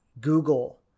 Google